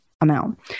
amount